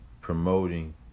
promoting